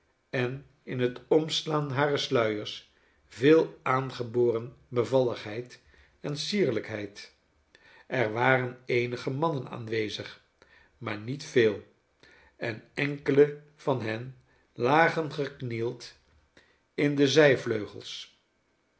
en in het omslaan harer sluiers veel aangeboren bevalligheid en sierlijkheid er waren eenige mannen aanwezig maar niet veel en enkelen van hen lagen geknield in de zijvleugels